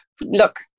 look